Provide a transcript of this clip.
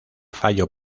fallo